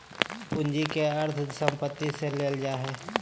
पूंजी के अर्थ संपत्ति से लेल जा हइ